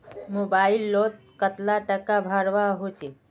Mobile लोत कतला टाका भरवा होचे?